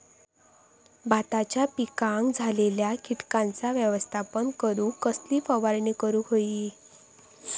भाताच्या पिकांक झालेल्या किटकांचा व्यवस्थापन करूक कसली फवारणी करूक होई?